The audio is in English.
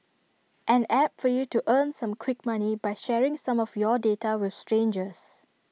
an app for you to earn some quick money by sharing some of your data with strangers